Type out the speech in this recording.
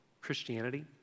Christianity